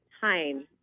time